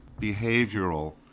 behavioral